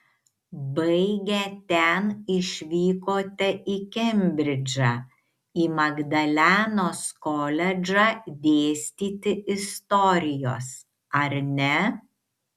baigę ten išvykote į kembridžą į magdalenos koledžą dėstyti istorijos ar ne